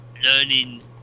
learning